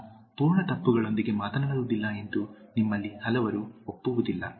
ನಾನು ಪೂರ್ಣ ತಪ್ಪುಗಳೊಂದಿಗೆ ಮಾತನಾಡುವುದಿಲ್ಲ ಎಂದು ನಿಮ್ಮಲ್ಲಿ ಹಲವರು ಒಪ್ಪುವುದಿಲ್ಲ